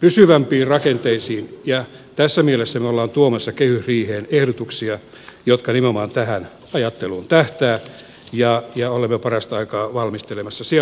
pysyvämpiin rakenteisiin ja tässä mielessä me olemme tuomassa kehysriiheen ehdotuksia jotka nimenomaan tähän ajatteluun tähtäävät ja olemme parasta aikaa valmistelemassa